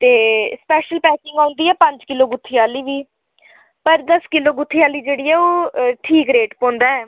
ते special packing औंदी ऐ पंज किलो गुत्थी आह्ली दी पर दस्स किलो गुत्थी आह्ली जेह्ड़ी ऐ ओह् ठीक रेट पौंदा ऐ